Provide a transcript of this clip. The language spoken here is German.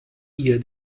ihr